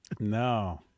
no